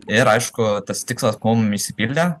ir aišku tas tikslas kuo mum išsipildė